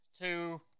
two